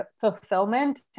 fulfillment